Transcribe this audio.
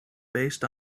based